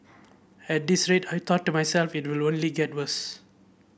at this rate I thought to myself it will only get worse